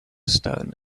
stone